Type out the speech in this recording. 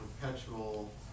perpetual